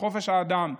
בחופש האדם.